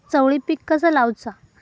चवळी पीक कसा लावचा?